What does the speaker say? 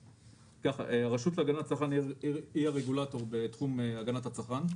הרשות להגנת הצרכן היא הרגולטור בתחום הגנת הצרכן.